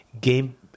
game